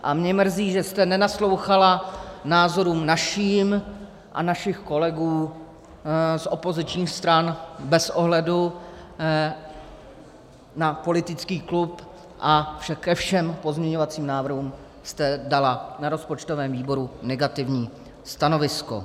A mě mrzí, že jste nenaslouchala názorům našim a našich kolegů z opozičních stran bez ohledu na politický klub a ke všem pozměňovacím návrhům jste dala na rozpočtovém výboru negativní stanovisko.